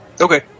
Okay